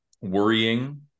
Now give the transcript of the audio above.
worrying